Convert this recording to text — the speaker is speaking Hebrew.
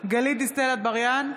גלית דיסטל אטבריאן,